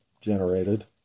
generated